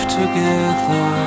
together